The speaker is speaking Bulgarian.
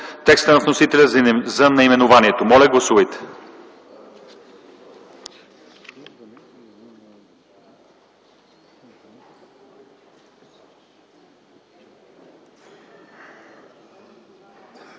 текста на вносителя за наименованието. Моля, гласувайте.